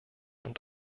und